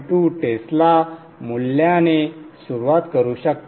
2 Tesla मूल्याने सुरुवात करू शकता